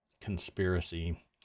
conspiracy